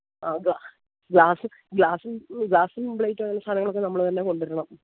ആ ഗ്ലാസ് ഗ്ലാസും ഗ്ലാസും പ്ലെയ്റ്റും അങ്ങനെ സാധനങ്ങളൊക്കെ നമ്മള് തന്നെ കൊണ്ടുവരണം